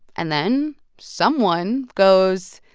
and then someone goes,